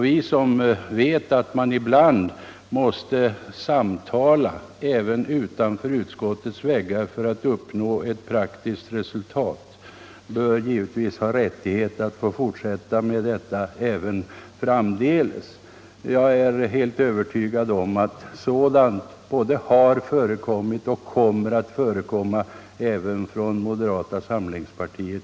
Vi som vet att man ibland måste samtala även utanför utskottslokalernas väggar för att uppnå ett praktiskt resultat bör givetvis ha rättighet att få fortsätta med detta även framdeles. Jag är helt övertygad om att sådant både har förekommit och kommer att hända även inom moderata samlingspartiet.